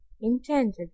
intended